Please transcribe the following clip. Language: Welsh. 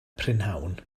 prynhawn